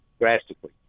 drastically